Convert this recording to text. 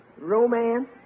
Romance